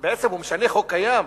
בעצם הוא משנה חוק קיים,